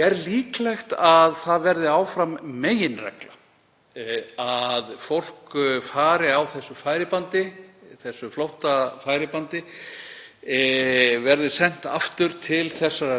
Er líklegt að það verði áfram meginreglan að fólk sé á þessu færibandi, þessu flóttafæribandi, og verði sent aftur til